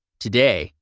today,